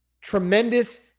tremendous